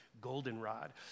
Goldenrod